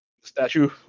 Statue